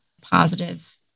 positive